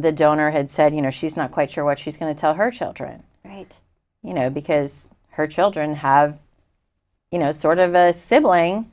the donor had said you know she's not quite sure what she's going to tell her children right you know because her children have you know sort of a sibling